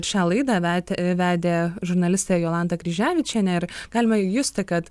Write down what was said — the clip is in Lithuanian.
šią laidą vetė vedė žurnalistė jolanta kryževičienė ir galima justi kad